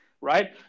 right